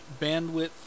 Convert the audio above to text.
bandwidth